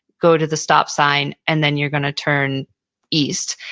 go to the stop sign, and then you're going to turn east.